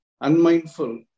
unmindful